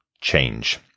change